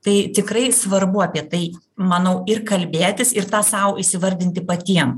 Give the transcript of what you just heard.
tai tikrai svarbu apie tai manau ir kalbėtis ir tą sau įsivardinti patiem